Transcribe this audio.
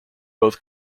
both